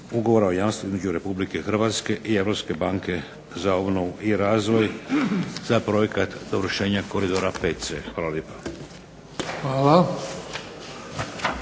Hvala.